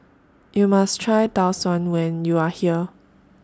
YOU must Try Tau Suan when YOU Are here